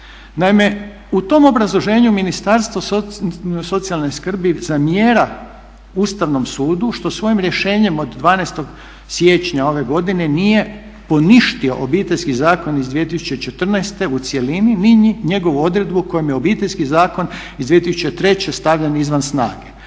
Naime, u tom obrazloženju Ministarstvo socijalne skrbi zamjera Ustavnom sudu što svojim rješenjem od 12. siječnja ove godine nije poništio Obiteljski zakon iz 2014. u cjelini ni njegovu odredbu kojom je Obiteljski zakon iz 2003. stavljen izvan snage.